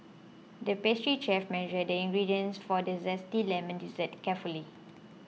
the pastry chef measured the ingredients for a Zesty Lemon Dessert carefully